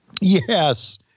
Yes